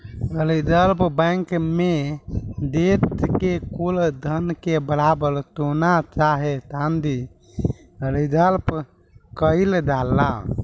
reserve Bank मे देश के कुल धन के बराबर सोना चाहे चाँदी रिजर्व केइल जाला